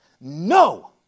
No